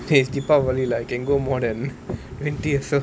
!hey! it's deepavali lah it can go more than twenty also